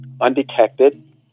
undetected